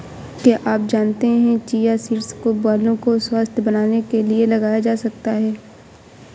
क्या आप जानते है चिया सीड्स को बालों को स्वस्थ्य बनाने के लिए लगाया जा सकता है?